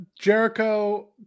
Jericho